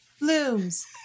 blooms